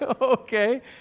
Okay